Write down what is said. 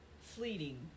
fleeting